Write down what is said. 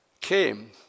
came